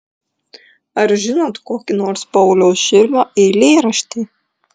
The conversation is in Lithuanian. ar žinot kokį nors pauliaus širvio eilėraštį